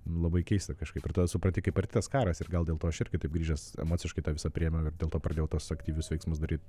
labai keista kažkaip supranti kaip arti tas karas ir gal dėl to aš irgi taip grįžęs emociškai tą visą priėmiau ir dėl to pradėjau tuos aktyvius veiksmus daryt